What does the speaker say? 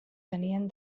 tenien